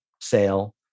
sale